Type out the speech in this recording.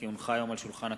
כי הונחו היום על שולחן הכנסת,